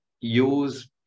use